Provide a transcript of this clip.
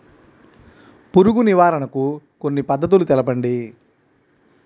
పురుగు నివారణకు కొన్ని పద్ధతులు తెలుపండి?